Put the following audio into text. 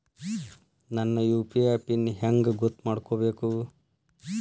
ನನ್ನ UPI PIN ಹೆಂಗ್ ಗೊತ್ತ ಮಾಡ್ಕೋಬೇಕು?